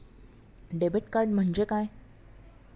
Debit card म्हणजे काय?